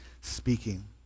speaking